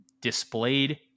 displayed